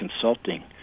consulting